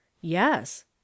Yes